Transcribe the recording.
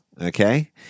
Okay